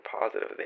positive